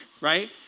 right